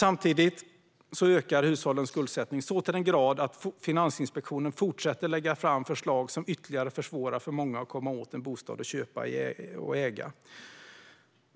Samtidigt ökar hushållens skuldsättning så till den grad att Finansinspektionen fortsätter att lägga fram förslag som ytterligare försvårar för många att komma åt en bostad att köpa och äga.